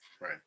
right